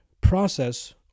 process